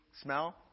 smell